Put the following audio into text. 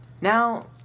now